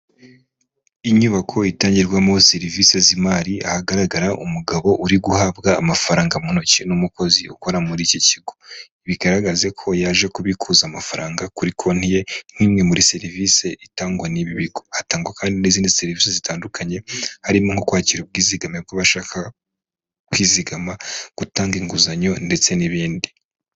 Inyubako itangirwamo serivisi z'imari ahagaragara umugabo uri guhabwa amafaranga mu ntoki n'umukozi ukora muri iki kigo, bigaragaze ko yaje kubikuza amafaranga kuri konti ye nk'imwe muri serivisi itangwa n'ibi bigo. Hatangwa kandi n'izindi serivisi zitandukanye harimo nko kwakira ubwizigame kubashaka kwizigama gutanga inguzanyo ndetse n'ibindi.